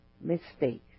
mistake